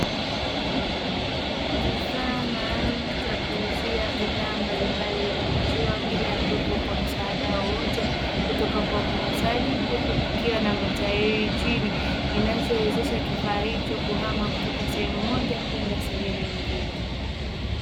Kifaa maalumu cha kuzuia bidhaa mbalimbali za maziwa bila ya kuwepo kwa msaada wowote kutoka kwa muuzaji huku kukiwa na matairi chini inachowezesha kifaa hicho kuhama kutoka sehemu moja kwenda sehemu nyingine.